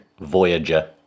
Voyager